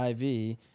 IV